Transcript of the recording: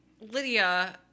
Lydia